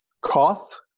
cough